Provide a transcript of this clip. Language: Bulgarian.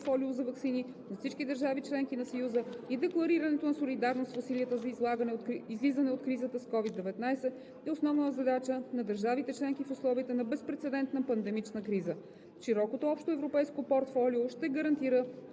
портфолио за ваксини от всички държави членки на Съюза и декларирането на солидарност в усилията за излизане от кризата с COVID-19 e основна задача на държавите членки в условията на безпрецедентна пандемична криза. Широкото общоевропейско портфолио ще гарантира